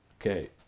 okay